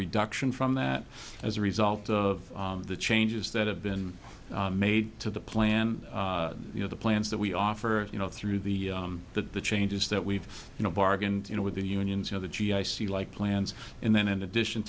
reduction from that as a result of the changes that have been made to the plan you know the plans that we offer you know through the the changes that we've you know bargained you know with the unions or the g i c like plans and then in addition